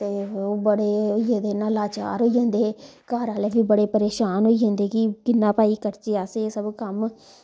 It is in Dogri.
ते ओह् बड़े होई गेदे न लाचार होई जंदे घर आह्ले फ्ही बड़े परेशान होई जंदे कि कि'यां भाई करचै अस एह् सब कम्म